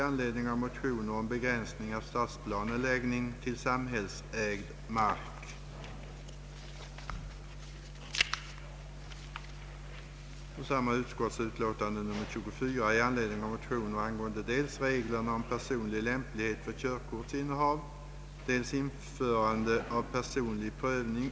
Situationen är alltså den att medan behovet av väl utbildade psykoterapeuter på skilda nivåer växer, erbjuder inte staten någon sådan utbildning. Detta förhållande bör icke få bestå länge.